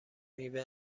میوه